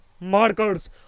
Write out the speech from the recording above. markers